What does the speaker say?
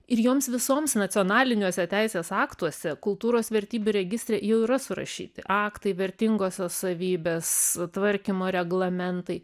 ir joms visoms nacionaliniuose teisės aktuose kultūros vertybių registre jau yra surašyti aktai vertingosios savybės tvarkymo reglamentai